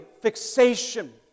fixation